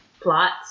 plots